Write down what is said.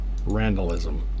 randalism